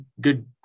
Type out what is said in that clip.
Good